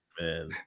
man